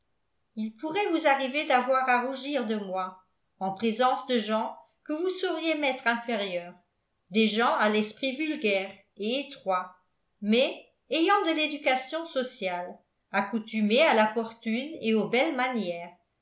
il pourrait vous arriver d'avoir à rougir de moi en présence de gens que vous sauriez m'être inférieurs des gens à l'esprit vulgaire et étroit mais ayant de l'éducation sociale accoutumés à la fortune et aux belles manières